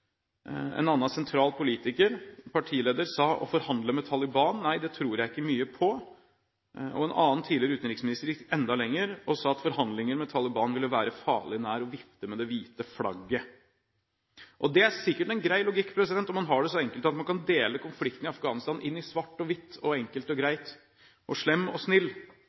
En annen sentral politiker og partileder sa: «Å forhandle med Taliban nei, det tror jeg ikke mye på.» En annen tidligere utenriksminister gikk enda lenger og sa at forhandlinger med Taliban ville være «farlig nær å vifte med det hvite flagget». Det er sikkert en grei logikk om man har det så enkelt at man kan dele konflikten i Afghanistan inn i svart og hvitt, i enkelt og greit og i slem og snill.